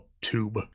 tube